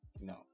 no